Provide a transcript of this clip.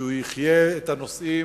שהוא יחיה את הנושאים,